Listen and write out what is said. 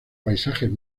paisajes